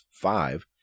five